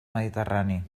mediterrani